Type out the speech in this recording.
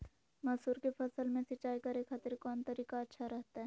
मसूर के फसल में सिंचाई करे खातिर कौन तरीका अच्छा रहतय?